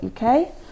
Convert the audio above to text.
uk